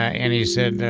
and he said,